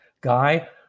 guy